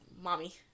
mommy